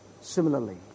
Similarly